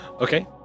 Okay